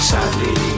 Sadly